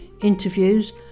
interviews